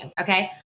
Okay